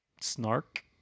Snark